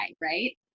right